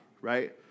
Right